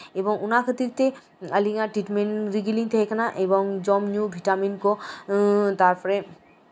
ᱮᱵᱚᱝ ᱚᱱᱟ ᱠᱷᱟᱹᱛᱤᱨ ᱛᱮ ᱟᱞᱤᱧᱟᱜ ᱴᱤᱴᱢᱮᱱᱴ ᱨᱮᱜᱮ ᱞᱤᱧ ᱛᱟᱦᱮᱸ ᱠᱟᱱᱟ ᱮᱵᱚᱝ ᱡᱚᱢ ᱧᱩ ᱵᱷᱤᱴᱟᱢᱤᱱ ᱠᱚ ᱛᱟᱨᱯᱚᱨᱮ